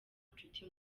nshuti